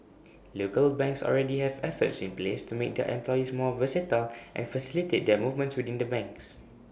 local banks already have efforts in place to make their employees more versatile and facilitate their movements within the banks